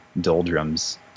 doldrums